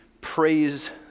praise